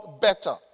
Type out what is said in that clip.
better